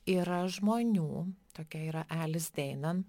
yra žmonių tokia yra elis deinan